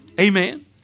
Amen